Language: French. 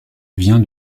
vient